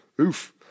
oof